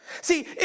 See